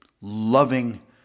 loving